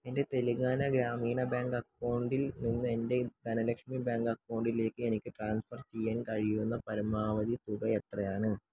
എൻ്റെ തെലങ്കാന ഗ്രാമീണ ബാങ്ക് അക്കൗണ്ടിൽ നിന്ന് എൻ്റെ ധനലക്ഷ്മി ബാങ്ക് അക്കൗണ്ടിലേക്ക് എനിക്ക് ട്രാൻസ്ഫർ ചെയ്യാൻ കഴിയുന്ന പരമാവധി തുക എത്രയാണ്